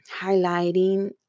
highlighting